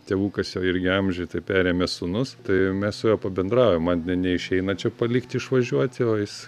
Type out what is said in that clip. tėvukas jau irgi amžiuj tai perėmė sūnus tai mes su juo pabendraujam man ne neišeina čia palikti išvažiuoti o jis